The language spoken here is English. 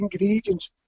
ingredients